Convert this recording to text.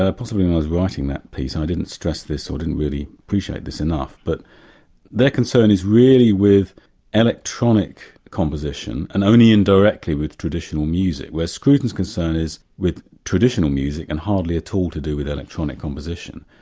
ah possibly when i was writing that piece i didn't stress this, i didn't really appreciate this enough, but their concern is really with electronic composition, and only indirectly with traditional music. whereas scruton's concern is with traditional music and hardly at all to do with electronic composition.